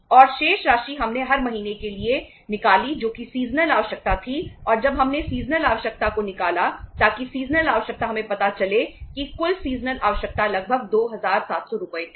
और शेष राशि हमने हर महीने के लिए निकाली जो कि सीजनल आवश्यकता लगभग 2700 रुपये थी